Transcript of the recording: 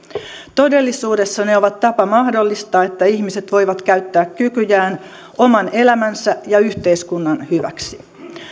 todellisuudessa ne ovat tapa mahdollistaa että ihmiset voivat käyttää kykyjään oman elämänsä ja yhteiskunnan hyväksi